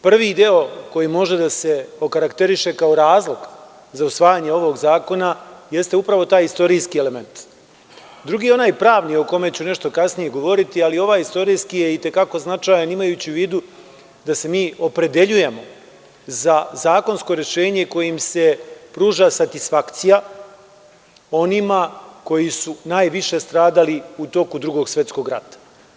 Prvi deo koji može da se okarakteriše kao razlog za usvajanje ovog zakona jeste upravo taj istorijski element, drugi je onaj pravni, o kome ću nešto kasnije govoriti, ali ovaj istorijski je i te kako značajan, imajući u vidu da se mi opredeljujemo za zakonsko rešenje kojim se pruža satisfakcija onima koji su najviše stradali u toku Drugog svetskog rata.